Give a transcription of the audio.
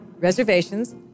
reservations